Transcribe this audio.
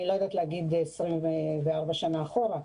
אני לא יודעת להגיד 24 שנה אחורה.